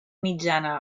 mitjana